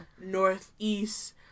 Northeast